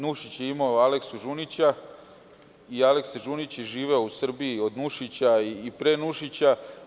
Nušić je imao Aleksu Žunića i Aleksa Žunić je živeo u Srbiji od Nušića i pre Nušića.